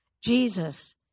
Jesus